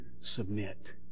submit